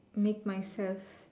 make myself